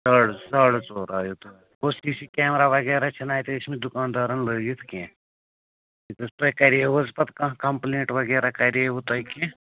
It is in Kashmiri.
ساڑٕ ساڑٕ ژور آییوُ تُہۍ سی سی کیمرا وغیرہ چھِنہٕ اَتہِ ٲسۍ مٕتۍ دُکاندارَن لٲگِتھ کیٚنٛہہ تۄہہِ کَریوٕ حظ پَتہٕ کانٛہہ کَمپٕلینٛٹ وَغیرہ کَریوٕ تۄہہِ کیٚنٛہہ